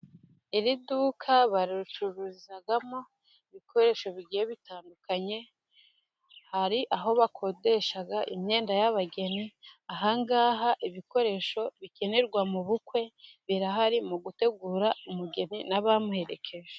Iri duka baricururizamo ibikoresho bigiye bitandukanye, hari aho bakodesha imyenda y'abageni, ahangaha ibikoresho bikenerwa mu bukwe birahari mu gutegura umugeni n'abamuherekeje.